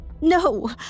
No